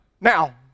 now